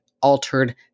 altered